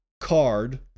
Card